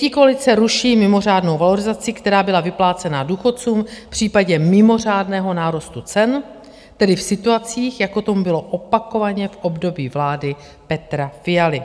Pětikoalice ruší mimořádnou valorizaci, která byla vyplácena důchodcům v případě mimořádného nárůstu cen, tedy v situacích, jako tomu bylo opakovaně v období vlády Petra Fialy.